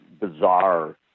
bizarre